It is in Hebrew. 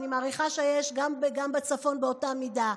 אני מעריכה שיש גם בצפון באותה מידה.